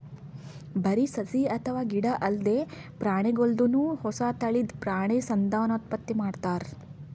ಬರಿ ಸಸಿ ಅಥವಾ ಗಿಡ ಅಲ್ದೆ ಪ್ರಾಣಿಗೋಲ್ದನು ಹೊಸ ತಳಿದ್ ಪ್ರಾಣಿ ಸಂತಾನೋತ್ಪತ್ತಿ ಮಾಡ್ತಾರ್